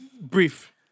brief